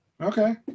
Okay